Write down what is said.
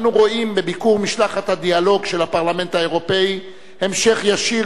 אנו רואים בביקור משלחת הדיאלוג של הפרלמנט האירופי המשך ישיר